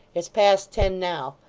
it's past ten now.